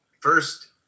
First